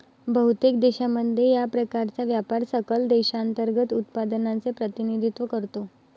बहुतेक देशांमध्ये, या प्रकारचा व्यापार सकल देशांतर्गत उत्पादनाचे प्रतिनिधित्व करतो